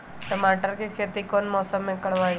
टमाटर की खेती कौन मौसम में करवाई?